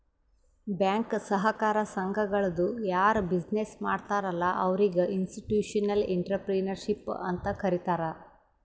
bank, ಸಹಕಾರ ಸಂಘಗಳದು ಯಾರ್ ಬಿಸಿನ್ನೆಸ್ ಮಾಡ್ತಾರ ಅಲ್ಲಾ ಅವ್ರಿಗ ಇನ್ಸ್ಟಿಟ್ಯೂಷನಲ್ ಇಂಟ್ರಪ್ರಿನರ್ಶಿಪ್ ಅಂತೆ ಕರಿತಾರ್